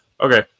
okay